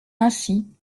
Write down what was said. ainsi